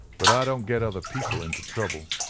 but i don't get other people into trouble.